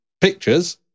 pictures